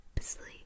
sleep